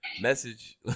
message